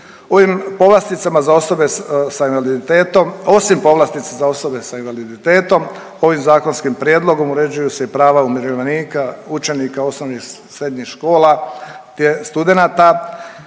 Ovim povlasticama za osobe sa invaliditetom, osim povlastica za osobe sa invaliditetom ovim zakonskim prijedlogom uređuju se i prava umirovljenika, učenika osnovnih i srednjih škola, te studenata